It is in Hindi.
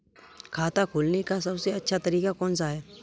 खाता खोलने का सबसे अच्छा तरीका कौन सा है?